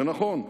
זה נכון,